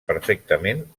perfectament